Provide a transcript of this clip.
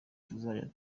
tuzajya